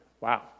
Wow